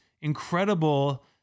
incredible